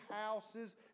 houses